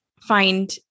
find